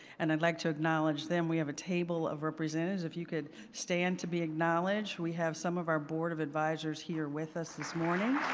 and i'd like to acknowledge them, we have a table of representative if you could stand to be acknowledged. we have some of our board of advisors here with us this morning.